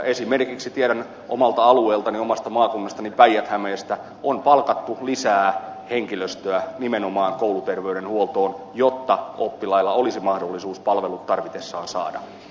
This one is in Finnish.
esimerkiksi tiedän omalta alueeltani omasta maakunnastani päijät hämeestä on palkattu lisää henkilöstöä nimenomaan kouluterveydenhuoltoon jotta oppilailla olisi mahdollisuus palvelut tarvitessaan saada